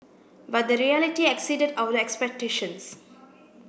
but the reality exceeded our expectations